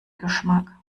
geschmack